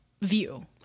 view